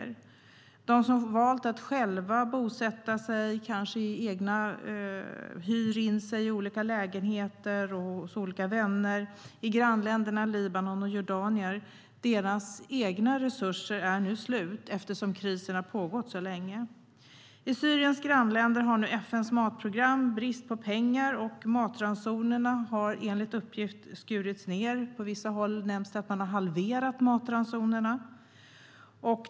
För dem som har valt att själva bosätta sig någonstans - de kanske hyr in sig i olika lägenheter och hos vänner - är de egna resurserna slut eftersom krisen har pågått så länge. I Syriens grannländer har nu FN:s matprogram brist på pengar. Matransonerna har enligt uppgift skurits ned. Det nämns att man på vissa håll har halverat matransonerna.